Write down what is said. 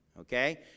Okay